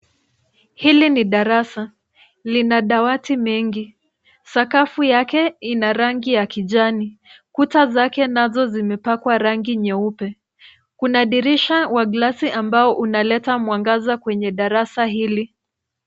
Hili ni darasa. Lina dawati mengi. Sakafu yake ina rangi ya kijani. Kuta zake nazo zimepakwa rangi nyeupe. Kuna dirisha wa glasi ambao unaleta mwangaza kwenye darasa hili.